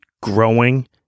growing